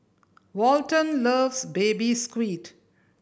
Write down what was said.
Walton loves Baby Squid